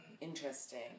Interesting